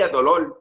dolor